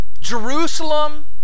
Jerusalem